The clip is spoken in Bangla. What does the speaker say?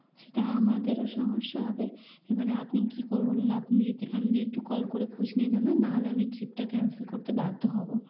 সেটা আমাদেরও সমস্যা হবে এবারে আপনি কী করবো বলুন আপনি য এখান দিয়ে একটু কল করে খোঁজ নিয়ে জানান নাহালে আমি ট্রিপটা ক্যান্সেল করতে বাধ্য হবো